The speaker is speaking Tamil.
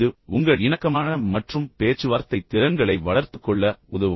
இது ஒட்டுமொத்தமாக உங்கள் இணக்கமான மற்றும் பேச்சுவார்த்தை திறன்களை வளர்த்துக் கொள்ள உதவும்